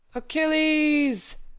achilles!